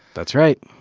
that's right.